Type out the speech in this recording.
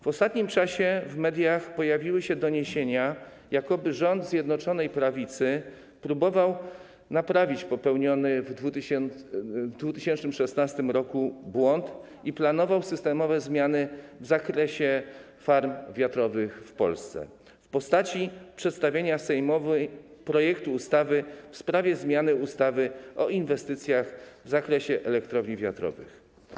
W ostatnim czasie w mediach pojawiły się doniesienia, jakoby rząd Zjednoczonej Prawicy próbował naprawić popełniony w 2016 r. błąd i planował systemowe zmiany w zakresie farm wiatrowych w Polsce w postaci przedstawienia Sejmowi projektu ustawy w sprawie zmiany ustawy o inwestycjach w zakresie elektrowni wiatrowych.